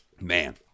man